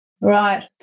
Right